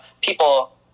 people